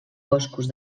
boscos